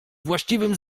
właściwym